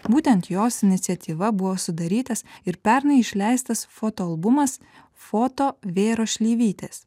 būtent jos iniciatyva buvo sudarytas ir pernai išleistas fotoalbumas foto vėros šleivytės